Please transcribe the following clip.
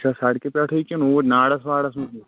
سُہ چھا سڑکہِ پٮ۪ٹھٕے کِنہٕ اوٗرۍ نارس وارس منٛز